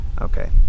okay